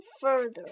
further